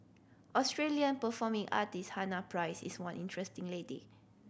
Australian performing artist Hannah Price is one interesting lady